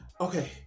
okay